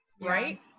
right